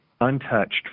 untouched